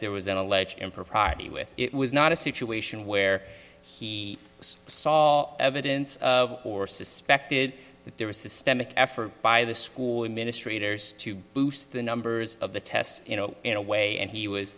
there was an alleged impropriety with it was not a situation where he saw evidence or suspected that there was systemic effort by the school administrators to boost the numbers of the tests you know in a way and he was